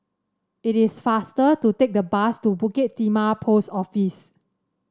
it is faster to take the bus to Bukit Timah Post Office